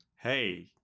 hey